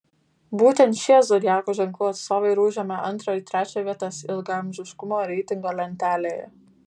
būtent šie zodiako ženklų atstovai ir užėmė antrą ir trečią vietas ilgaamžiškumo reitingo lentelėje